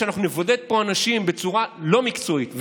כשאנחנו נבודד פה אנשים בצורה לא מקצועית,